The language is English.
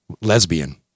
lesbian